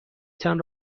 تان